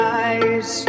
eyes